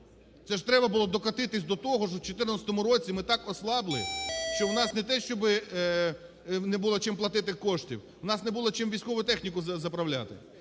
Це ж треба було докотитись до того, що в 2014 році ми так ослабли, що в нас не те щоб не було, чим платити коштів, у нас не було, чим військову техніку заправляти.